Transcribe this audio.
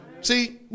See